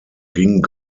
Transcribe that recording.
ging